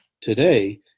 today